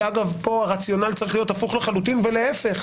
ואגב פה הרציונל צריך להיות הפוך לחלוטין ולהפך,